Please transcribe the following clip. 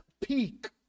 peak